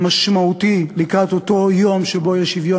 משמעותי לקראת אותו יום שבו יהיה שוויון